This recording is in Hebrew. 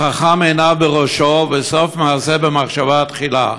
חכם עיניו בראשו, וסוף מעשה במחשבה תחילה.